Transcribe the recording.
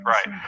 Right